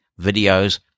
videos